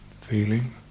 feeling